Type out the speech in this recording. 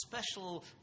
special